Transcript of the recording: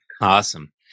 Awesome